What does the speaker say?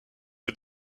est